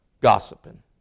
gossiping